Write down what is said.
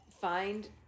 find